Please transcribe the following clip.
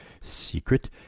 secret